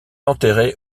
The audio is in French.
enterré